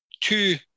two